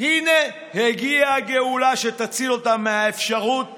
הינה הגיעה הגאולה שתציל אותם מהאפשרות